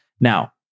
Now